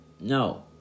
No